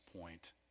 point